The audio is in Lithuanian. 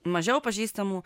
mažiau pažįstamų